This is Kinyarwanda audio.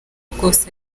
bwose